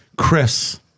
Chris